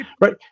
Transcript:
right